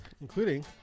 including